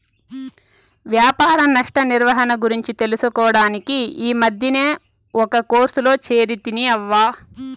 వ్యాపార నష్ట నిర్వహణ గురించి తెలుసుకోడానికి ఈ మద్దినే ఒక కోర్సులో చేరితిని అవ్వా